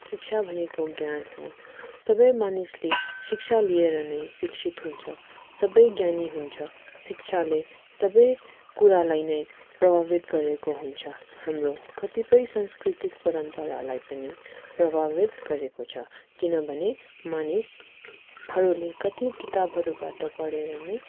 शिक्षा भनेको ज्ञान हो सबै मनिसले शिक्षा लिएर नै शिक्षित हुन्छ सबै ज्ञानी हुन्छ शिक्षाले सबै कुरालाई नै प्रभावित गरेको हुन्छ हाम्रो कतिपय संस्कृतिक परम्परालाई पनि प्रभावित गरेको छ किनभने मानिसहरूले कति किताबहरूबाट पढेर नै